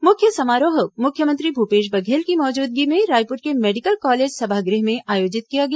मुख्य समारोह मुख्यमंत्री भूपेश बघेल की मौजूदगी में रायपूर के मेडिकल कॉलेज सभागृह में आयोजित किया गया